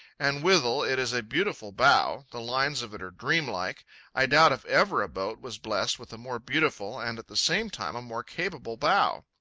and withal it is a beautiful bow the lines of it are dreamlike i doubt if ever a boat was blessed with a more beautiful and at the same time a more capable bow.